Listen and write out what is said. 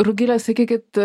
rugilė sakykit